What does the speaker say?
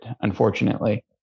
unfortunately